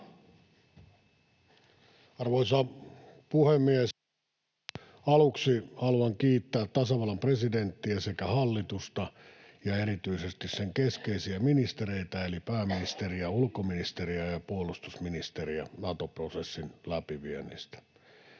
Arvoisa puhemies! Aluksi haluan kiittää tasavallan presidenttiä sekä hallitusta ja erityisesti sen keskeisiä ministereitä, eli pääministeriä ja ulkoministeriä ja puolustusministeriä, Nato-prosessin läpiviennistä.